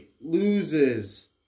loses